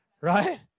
Right